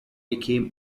became